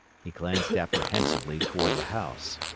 he glanced apprehensively toward the house.